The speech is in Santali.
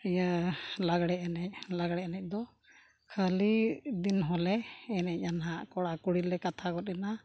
ᱤᱭᱟᱹ ᱞᱟᱜᱽᱬᱮ ᱮᱱᱮᱡ ᱞᱟᱜᱽᱬᱮ ᱮᱱᱮᱡ ᱫᱚ ᱠᱷᱟᱹᱞᱤ ᱫᱤᱱ ᱦᱚᱸᱞᱮ ᱮᱱᱮᱡᱼᱟ ᱱᱟᱜ ᱠᱚᱲᱟ ᱠᱩᱲᱤᱞᱮ ᱠᱟᱛᱷᱟ ᱜᱚᱫ ᱮᱱᱟ